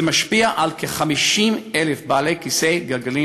זה משפיע על כ-50,000 בעלי כיסא גלגלים